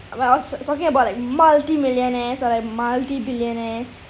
well I was talking about like multi-millionaires or like multi-billionaires